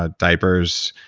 ah diapers,